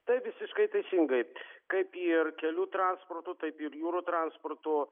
tai visiškai teisingai kaip ir kelių transportu taip ir jūrų transportu